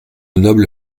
noble